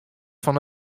fan